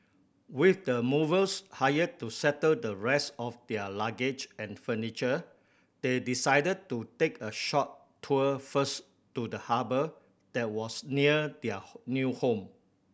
with the movers hired to settle the rest of their luggage and furniture they decided to take a short tour first to the harbour that was near their new home